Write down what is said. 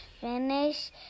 finish